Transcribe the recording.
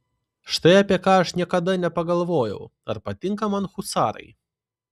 štai apie ką aš niekada nepagalvojau ar patinka man husarai